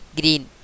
green